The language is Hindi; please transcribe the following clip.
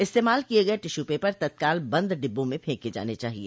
इस्तेमाल किये गये टिश्यू पेपर तत्काल बंद डिब्बों में फेंके जाने चाहिए